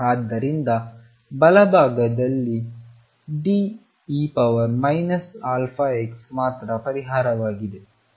ಆದ್ದರಿಂದ ಬಲಭಾಗದಲ್ಲಿ D e αx ಮಾತ್ರ ಪರಿಹಾರವಾಗಿದೆ